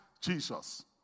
Jesus